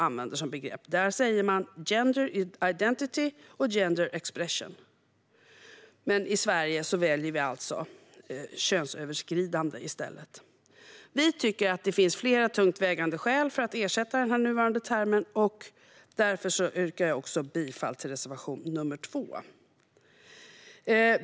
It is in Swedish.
Där säger man "gender identity" och "gender expression", men i Sverige väljer vi alltså "könsöverskridande" i stället. Vi tycker att det finns flera tungt vägande skäl för att ersätta den nuvarande termen, och därför yrkar jag också bifall till reservation 2.